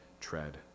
tread